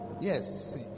yes